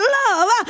love